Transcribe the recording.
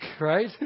Right